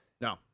No